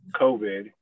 COVID